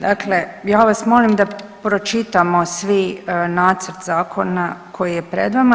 Dakle, ja vas molim da pročitamo svi nacrt zakona koji je pred nama.